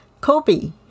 Kobe